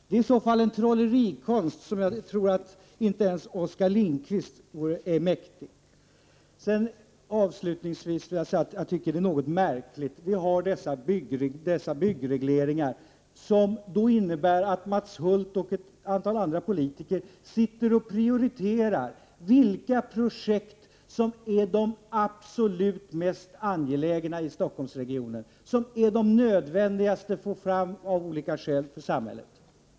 Det är i så fall en trollerikonst, som jag tror att inte ens Oskar Lindkvist är mäktig. Avslutningsvis vill jag säga att detta är någonting märkligt: Vi har dessa byggregleringar som innebär att Mats Hulth och ett antal andra politiker sitter och prioriterar vilka projekt som är de absolut mest angelägna i Stockholmsregionen och som det av olika skäl är mest nödvändigt för samhället att få fram.